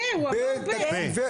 הוא אמר ב-.